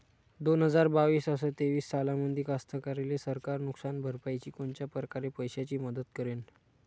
दोन हजार बावीस अस तेवीस सालामंदी कास्तकाराइले सरकार नुकसान भरपाईची कोनच्या परकारे पैशाची मदत करेन?